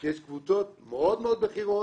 יש קבוצות מאוד מאוד בכירות,